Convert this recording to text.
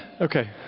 Okay